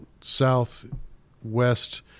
southwest